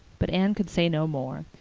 but anne could say no more.